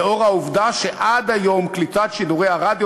לאור העובדה שעד היום קליטת שידורי הרדיו